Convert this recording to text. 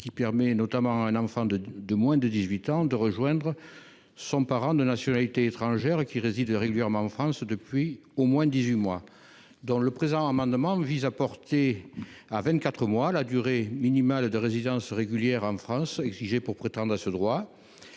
permet notamment à un enfant de moins de 18 ans de rejoindre son parent de nationalité étrangère qui réside régulièrement en France depuis au moins dix huit mois. Le présent amendement vise à porter à vingt quatre mois la durée minimale de résidence régulière en France exigée pour prétendre à ce droit.